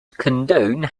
condone